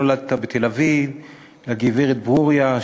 נולדת בתל-אביב לגברת ברוריה,